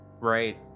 Right